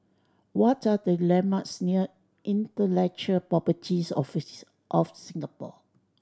what are the landmarks near Intellectual Property Office of Singapore